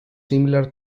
similar